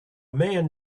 man